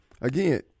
again